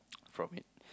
from